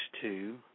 two